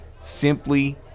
simply